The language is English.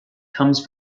comes